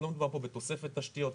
לא מדובר פה בתוספת תשתיות,